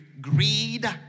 greed